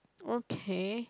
okay